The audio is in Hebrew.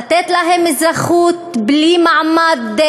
לתת להם אזרחות בלי מעמד?